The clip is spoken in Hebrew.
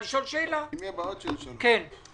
כאן תוכנית שאני חייב שיהיה לה מגיש.